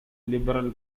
liberal